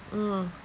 mm